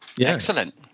Excellent